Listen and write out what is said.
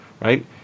right